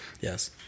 yes